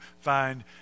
find